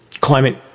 climate